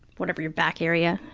whatever your back area,